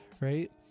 right